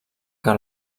que